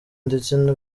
ndetse